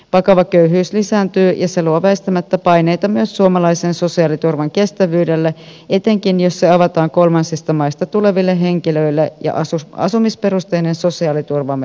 vakava köyhyys lisääntyy ja se luo väistämättä paineita myös suomalaisen sosiaaliturvan kestävyydelle etenkin jos se avataan kolmansista maista tuleville henkilöille ja asumisperusteinen sosiaaliturvamme murretaan